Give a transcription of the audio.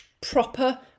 proper